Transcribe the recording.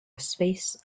space